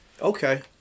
Okay